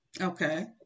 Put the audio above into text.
Okay